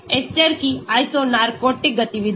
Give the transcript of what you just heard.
ester की Isonarcotic गतिविधि